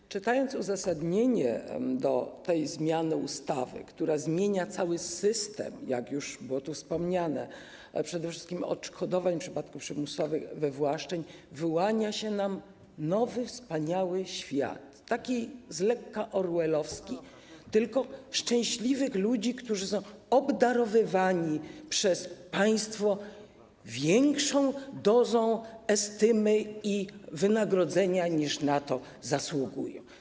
Gdy czytamy uzasadnienie tego projektu ustawy, która zmienia cały system, jak już było tu wspomniane, przede wszystkim odszkodowań w przypadku przymusowych wywłaszczeń, wyłania się nam nowy, wspaniały świat, taki z lekka orwellowski, tylko szczęśliwych ludzi, którzy są obdarowywani przez państwo większą dozą estymy i większym wynagrodzeniem, niż na to zasługują.